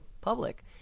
public